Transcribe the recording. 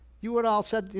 you would all said,